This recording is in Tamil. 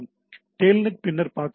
டெல்நெட் பின்னர் பார்ப்பீர்கள்